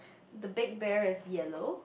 the big bear is yellow